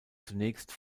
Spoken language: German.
zunächst